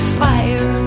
fire